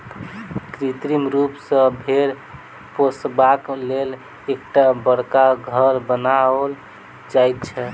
कृत्रिम रूप सॅ भेंड़ पोसबाक लेल एकटा बड़का घर बनाओल जाइत छै